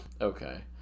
Okay